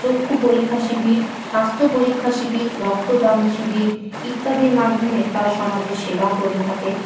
চক্ষু পরীক্ষা শিবির স্বাস্থ্য পরীক্ষা শিবির রক্তদান শিবির ইত্যাদির মাধ্যমে তারা সমাজের সেবা করে থাকে